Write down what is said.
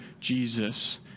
Jesus